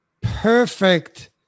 perfect